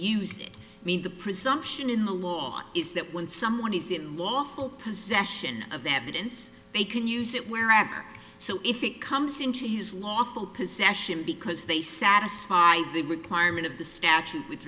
use it i mean the presumption in the law is that when someone is it unlawful possession of evidence they can use it wherever so if it comes into his lawful possession because they satisfy the requirement of the statute with